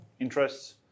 interests